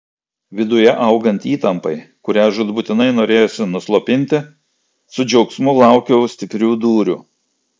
viduje augant įtampai kurią žūtbūtinai norėjosi nuslopinti su džiaugsmu laukiau stiprių dūrių